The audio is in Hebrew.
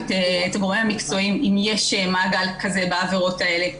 את הגורמים המקצועיים אם יש מעגל כזה בעבירות האלה,